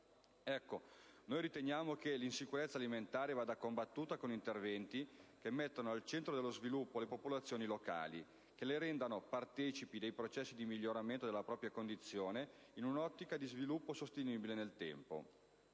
Dunque, noi riteniamo che l'insicurezza alimentare vada combattuta con interventi che mettano al centro dello sviluppo le popolazioni locali, che le rendano partecipi dei processi di miglioramento della propria condizione in un'ottica di sviluppo sostenibile nel tempo.